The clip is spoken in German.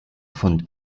von